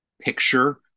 picture